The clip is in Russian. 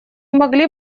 могли